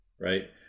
Right